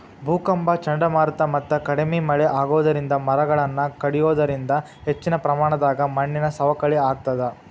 ಭೂಕಂಪ ಚಂಡಮಾರುತ ಮತ್ತ ಕಡಿಮಿ ಮಳೆ ಆಗೋದರಿಂದ ಮರಗಳನ್ನ ಕಡಿಯೋದರಿಂದ ಹೆಚ್ಚಿನ ಪ್ರಮಾಣದಾಗ ಮಣ್ಣಿನ ಸವಕಳಿ ಆಗ್ತದ